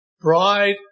bride